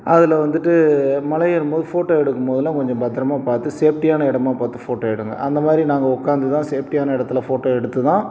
அதில் வந்துட்டு மலை ஏறும்போது ஃபோட்டோ எடுக்கும்போதுலாம் கொஞ்சம் பத்திரமாக பார்த்து சேஃப்டியான எடமாக பார்த்து ஃபோட்டோ எடுங்கள் அந்த மாதிரி நாங்கள் உட்காந்து தான் சேஃப்டியான எடத்தில் ஃபோட்டோ எடுத்து தான்